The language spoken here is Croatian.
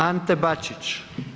Ante Bačić.